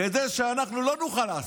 כדי שאנחנו לא נוכל לעשות.